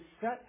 set